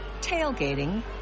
tailgating